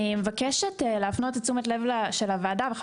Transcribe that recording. אני מבקשת להפנות את תשומת ליבם של הוועדה ושל